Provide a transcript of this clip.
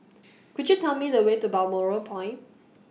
Could YOU Tell Me The Way to Balmoral Point